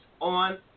on